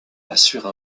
assure